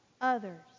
others